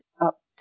up